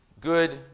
good